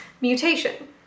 mutation